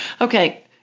Okay